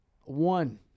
One